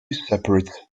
separate